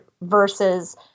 versus